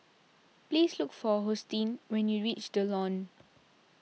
please look for Hosteen when you reach the Lawn